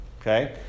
okay